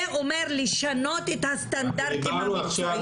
זה אומר לשנות את הסטנדרטים המקצועיים.